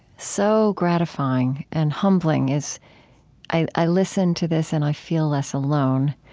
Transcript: so gratifying and humbling is i i listen to this and i feel less alone